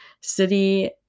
city